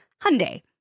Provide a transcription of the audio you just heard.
Hyundai